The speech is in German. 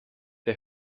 der